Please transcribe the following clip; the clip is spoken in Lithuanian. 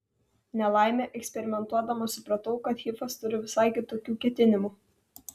nelaimė eksperimentuodama supratau kad hifas turi visai kitokių ketinimų